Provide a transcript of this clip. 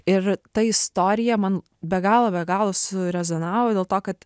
ir ta istorija man be galo be galo surezonavo dėl to kad